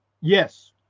Yes